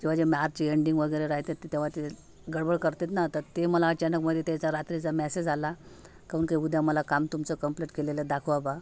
किंवा जे March ending वगैरे राहते तेव्हा ते गडबड करतात ना तर ते मला अचानकमधे त्याचा रात्रीचा मेसेज आला काहून की उद्या मला काम तुमचं कम्प्लीट केलेलं दाखवा बा